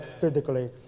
physically